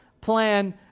plan